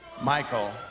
Michael